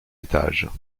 étages